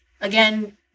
Again